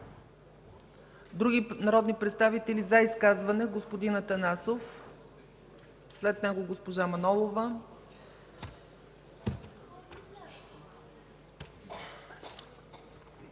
Други народни представители за изказване? Господин Атанасов, след него госпожа Манолова.